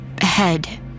head